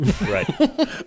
right